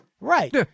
right